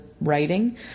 writing